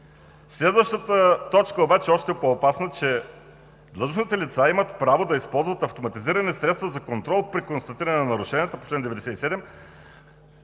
Следващата точка обаче е още по-опасна – длъжностните лица имат право да използват автоматизирани средства за контрол при констатиране на нарушенията по чл. 97,